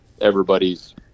everybody's –